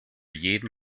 jeden